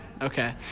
Okay